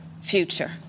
future